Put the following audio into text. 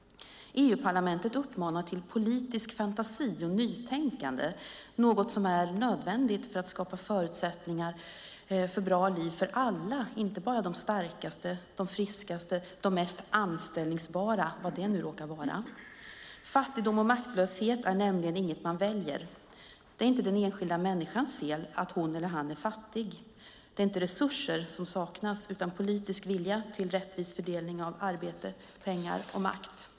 EU-parlamentet uppmanar till politisk fantasi och nytänkande, något som är nödvändigt för att skapa förutsättningar för ett bra liv för alla, inte bara för de starkaste, friskaste och mest anställningsbara - vad nu det råkar vara för något. Fattigdom och maktlöshet är nämligen inget man väljer. Det är inte den enskilda människans fel att hon eller han är fattig. Det är inte resurser som saknas utan politisk vilja till rättvis fördelning av arbete, pengar och makt.